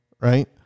right